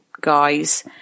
guys